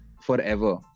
forever